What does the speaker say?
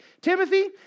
Timothy